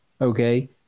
okay